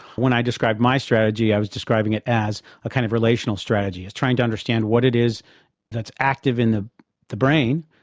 when i described my strategy i was describing it as a kind of relational strategy, as trying to understand what it is that's active in the the brain,